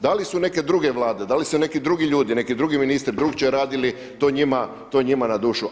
Da li su neke druge Vlade, da li su neki drugi ljudi, neki drugi ministri drukčije radili to njima na dušu.